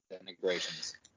integrations